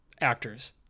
Actors